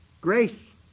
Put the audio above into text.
Grace